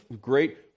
great